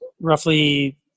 roughly